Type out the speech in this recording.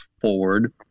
forward